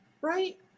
right